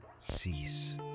cease